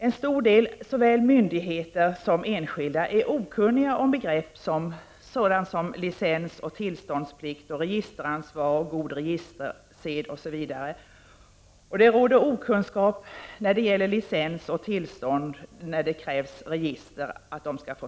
En stor del av såväl myndigheter som enskilda är okunniga om begrepp som licens, tillståndsplikt, registeransvar, god registersed osv. Det råder okunskap i fråga om licens och i fråga om när register får föras.